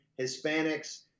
Hispanics